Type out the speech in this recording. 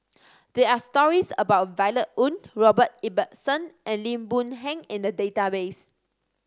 there are stories about Violet Oon Robert Ibbetson and Lim Boon Heng in the database